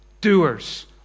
Doers